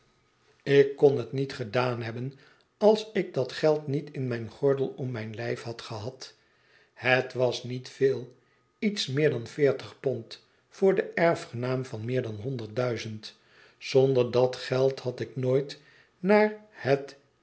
ik kon het niet gedaan hebben als ik dat geld niet in mijn gordel om mijn lijf had gehad het was niet veel iets meer dan veertig pond voor den erfgenaam van meer dan honderd duizend zonder dat geld had ik nooit naar het